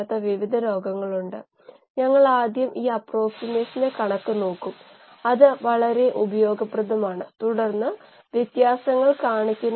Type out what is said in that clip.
എന്നിട്ട് കൈപ്പത്തികൽകൊണ്ട് ചെറുതായി അമർത്തി എതിർദിശയിലേക്ക് നീക്കുമ്പോൾ പന്തിന് എന്ത് സംഭവിക്കും